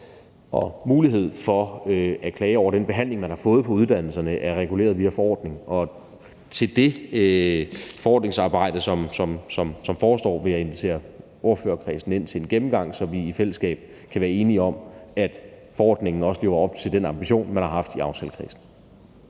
og mulighed for at klage over den behandling, man har fået på uddannelserne, er reguleret via forordning, og til det forordningsarbejde, som forestår, vil jeg invitere ordførerkredsen ind til en gennemgang, så vi i fællesskab kan være enige om, at forordningen også lever op til den ambition, man har haft i aftalekredsen.